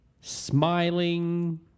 smiling